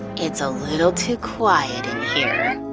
it's a little too quiet in here.